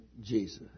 Jesus